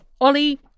ollie